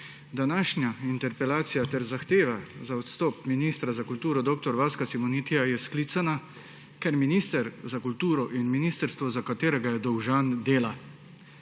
Današnja interpelacija ter zahteva za odstop ministra za kulturo dr. Vaska Simonitija je sklicana, ker minister za kulturo in ministrstvo, za katerega je dolžan, dela.